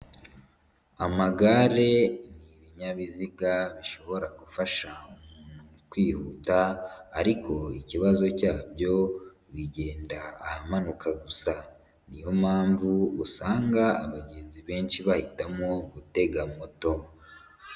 Amagare n'ibinyabiziga bishobora gufasha umuntu kwihuta ariko ikibazo cyabyo bigenda ahamanuka gusa. Niyo mpamvu usanga abagenzi benshi bahitamo gutega moto.